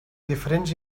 diferents